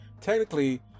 Technically